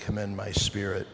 commend my spirit